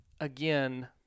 again